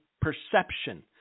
perception